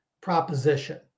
proposition